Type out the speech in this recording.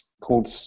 called